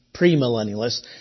premillennialists